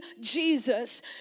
Jesus